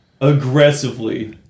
aggressively